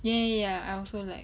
ya ya ya I also like